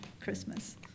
Christmas